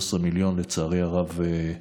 ה-13 מיליון, לצערי הרב,